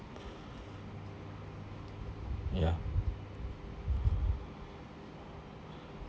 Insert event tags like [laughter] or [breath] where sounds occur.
[breath] ya [breath]